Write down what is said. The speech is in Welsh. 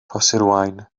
rhoshirwaun